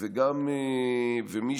מי